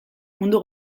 mundu